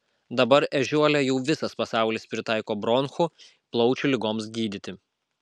dabar ežiuolę jau visas pasaulis pritaiko bronchų plaučių ligoms gydyti